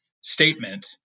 statement